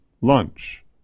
lunch